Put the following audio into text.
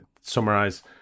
summarize